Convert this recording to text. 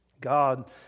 God